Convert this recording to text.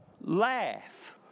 laugh